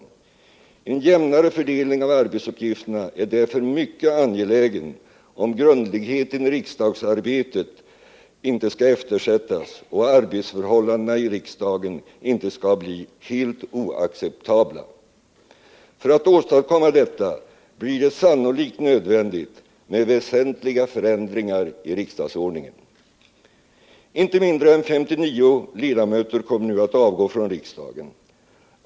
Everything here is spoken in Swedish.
En jämnare fördelning av arbetsuppgifterna är därför mycket angelägen om grundligheten i riksdagsarbetet inte skall eftersättas och arbetsförhållandena i riksdagen inte skall bli helt oacceptabla. För att åstadkomma detta blir det sannolikt nödvändigt med väsentliga förändringar i riksdagsordningen. Inte mindre än 59 ledamöter kommer nu att avgå från riksdagen.